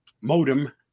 modem